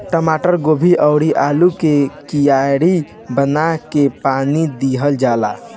टमाटर, गोभी अउरी आलू के कियारी बना के पानी दिहल जाला